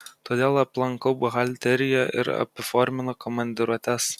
todėl aplankau buhalteriją ir apiforminu komandiruotes